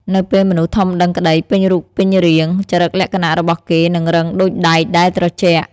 នៅពេលមនុស្សធំដឹងក្ដីពេញរូបពេញរាង ចរិតលក្ខណៈរបស់គេនឹងរឹងដូចដែកដែលត្រជាក់។